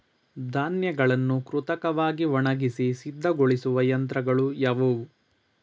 ಧಾನ್ಯಗಳನ್ನು ಕೃತಕವಾಗಿ ಒಣಗಿಸಿ ಸಿದ್ದಗೊಳಿಸುವ ಯಂತ್ರಗಳು ಯಾವುವು?